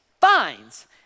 finds